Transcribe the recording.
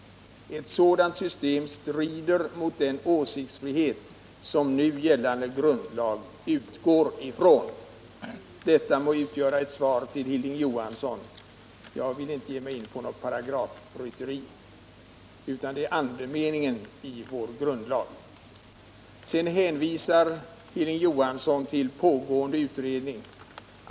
Ett sådant system strider mot den åsiktsfrihet som nu gällande grundlag utgår ifrån ——-.” Detta må utgöra svar till Hilding Johansson. Jag vill inte ge mig in på något paragrafrytteri, utan det är andemeningen i vår grundlag som åberopas. Hilding Johansson hänvisade till pågående utredning.